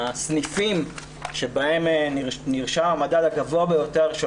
הסניפים שבהם נרשם המדד הגבוה ביותר של